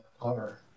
cover